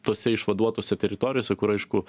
tose išvaduotose teritorijose kur aišku